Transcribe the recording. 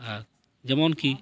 ᱟᱨ ᱡᱮᱢᱚᱱ ᱠᱤ